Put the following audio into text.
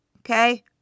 Okay